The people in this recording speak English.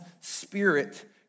spirit